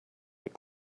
this